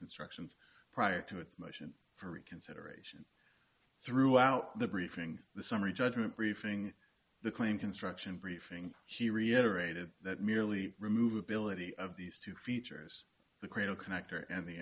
constructions prior to its motion to reconsider throughout the briefing the summary judgment briefing the claim construction briefing he reiterated that merely remove ability of these two features the cradle connector and the